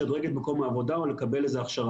זה נמצא על השולחן, זה נראה לי הגיוני.